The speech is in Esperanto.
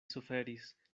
suferis